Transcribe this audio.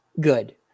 good